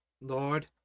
Lord